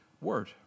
Word